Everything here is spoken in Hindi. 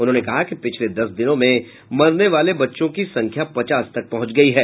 उन्होंने कहा कि पिछले दस दिनों में मरने वालों बच्चों की संख्या पचास तक पहुंच गयी है